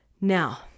Now